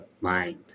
mind